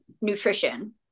nutrition